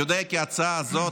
אני יודע שההצעה הזאת,